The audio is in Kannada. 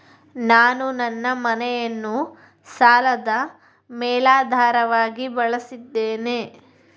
ನಾನು ನನ್ನ ಮನೆಯನ್ನು ಸಾಲದ ಮೇಲಾಧಾರವಾಗಿ ಬಳಸಿದ್ದೇನೆ